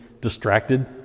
distracted